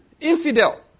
Infidel